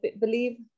believe